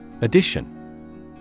Addition